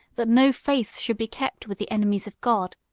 that no faith should be kept with the enemies of god.